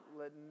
let